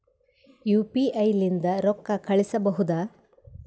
UPI ಲಿಂದ ರೊಕ್ಕ ಕಳಿಸಬಹುದಾ?